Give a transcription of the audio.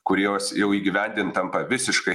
kuriuos jau įgyvendinti tampa visiškai